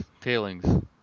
Tailings